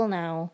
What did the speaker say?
now